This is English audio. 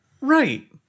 Right